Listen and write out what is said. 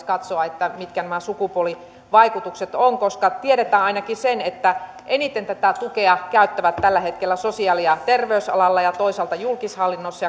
katsoa mitkä nämä sukupuolivaikutukset ovat koska tiedetään ainakin se että eniten tätä tukea käyttävät tällä hetkellä sosiaali ja terveysalalla ja toisaalta julkishallinnossa